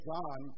John